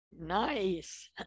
Nice